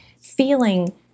feeling